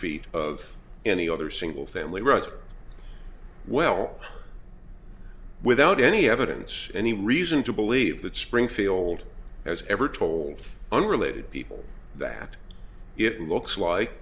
feet of any other single family rather well without any evidence any reason to believe that springfield as ever told unrelated people that it looks like